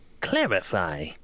clarify